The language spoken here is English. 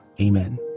Amen